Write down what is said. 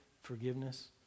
forgiveness